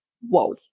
Whoa